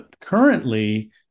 Currently